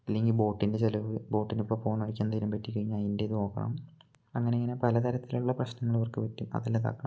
ഇല്ലെങ്കില് ബോട്ടിന്റെ ചെലവ് ബോട്ടിനിപ്പോള് പോകുന്ന വഴിക്കെന്തെങ്കിലും പറ്റിക്കഴിഞ്ഞാല് അതിന്റേത് നോക്കണം അങ്ങനെയങ്ങനെ പലതരത്തിലുള്ള പ്രശ്നങ്ങളിവർക്ക് പറ്റും അതില്ലാതാക്കാം